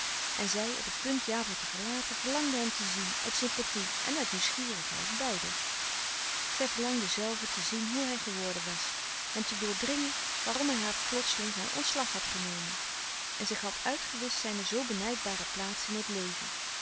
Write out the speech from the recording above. en zij op het punt java te verlaten verlangde hem te zien uit sympathie en uit nieuwsgierigheid beiden zij verlangde zelve te zien hoe hij geworden was hem te doordringen waarom hij zoo plotseling zijn ontslag had genomen en zich had uitgewischt zijne zoo benijdbare plaats in het leven